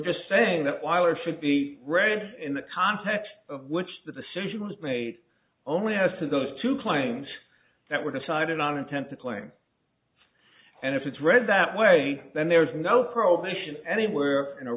just saying that while it should be read in the context of which the decision was made only has to those two claims that were decided on intent to play and if it's read that way then there is no prohibition anywhere in a